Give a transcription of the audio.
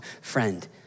friend